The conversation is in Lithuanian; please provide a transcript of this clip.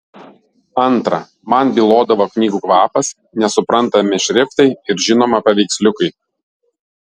antra man bylodavo knygų kvapas nesuprantami šriftai ir žinoma paveiksliukai